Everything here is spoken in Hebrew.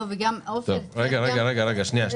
לא, וגם, עופר, רק לגבי ה --- רגע, ג'ידא,